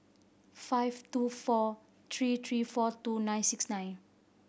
five two four three three four two nine six nine